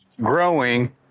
growing